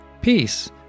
Peace